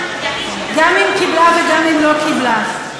גם אם קיבלה וגם אם לא קיבלה,